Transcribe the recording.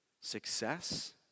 success